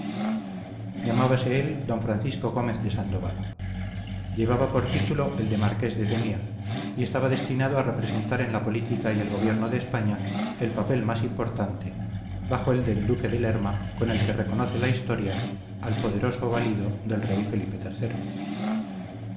llamábase él d francisco gómez de sandoval llevaba por título el de marqués de denia y estaba destinado a representar en la política y el gobierno de españa el papel más importante bajo el de duque de lerma con el que reconoce la historia al poderosa valido del rey felipe